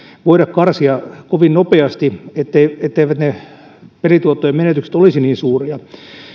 voida karsia kovin nopeasti etteivät etteivät ne pelituottojen menetykset olisi niin suuria